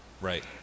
right